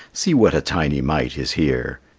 see what a tiny mite is here,